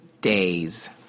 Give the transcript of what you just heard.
days